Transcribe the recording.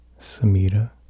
Samita